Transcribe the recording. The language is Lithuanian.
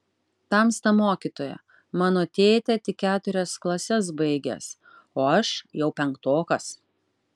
tamsta mokytoja mano tėtė tik keturias klases baigęs o aš jau penktokas